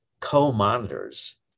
co-monitors